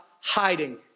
hiding